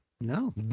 No